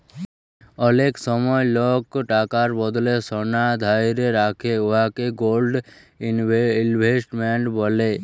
অলেক সময় লক টাকার বদলে সলা ধ্যইরে রাখে উয়াকে গোল্ড ইলভেস্টমেল্ট ব্যলে